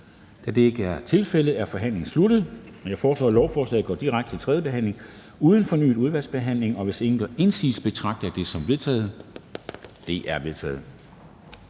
Da det ikke er tilfældet, er forhandlingen sluttet. Jeg foreslår, at lovforslaget går direkte til tredje behandling uden fornyet udvalgsbehandling. Hvis ingen gør indsigelse, betragter jeg det som vedtaget. Det er vedtaget.